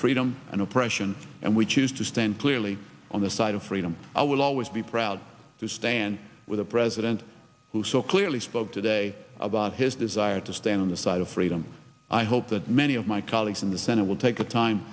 freedom and oppression and we choose to stand clearly on the side of freedom i will always be proud to stand with a president who so clearly spoke today about his desire to stand on the side of freedom i hope that many of my colleagues in the senate will take the time